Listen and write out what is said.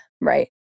right